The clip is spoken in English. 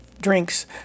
drinks